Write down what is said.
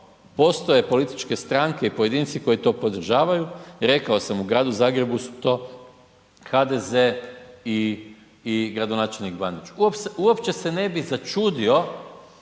postoje političke stranke i pojedinci koji to podržavaju i rekao sam u Gradu Zagrebu su to HDZ i, i gradonačelnik Bandić. Uopće se se ne bi začudio